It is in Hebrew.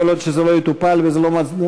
כל עוד זה לא יטופל וזה לא מצביע,